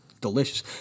Delicious